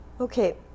Okay